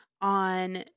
on